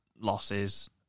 losses